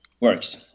Works